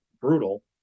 brutal